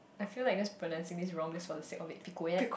I feel like just pronouncing this wrong just for the sake of it piquet